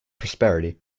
prosperity